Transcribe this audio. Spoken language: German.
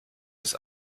des